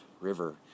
river